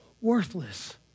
worthless